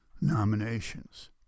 nominations